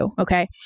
Okay